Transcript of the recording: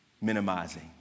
Minimizing